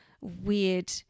weird